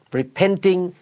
repenting